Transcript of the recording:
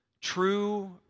true